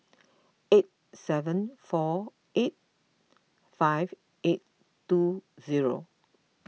eight seven four eight five eight two zero